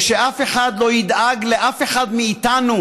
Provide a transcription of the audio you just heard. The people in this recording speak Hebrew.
שאף אחד לא ידאג לאף אחד מאיתנו